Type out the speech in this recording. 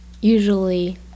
usually